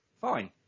fine